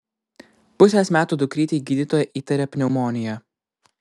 pusės metų dukrytei gydytoja įtaria pneumoniją